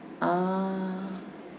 ah